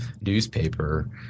newspaper